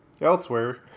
Elsewhere